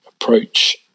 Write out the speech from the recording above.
approach